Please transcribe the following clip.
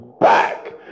back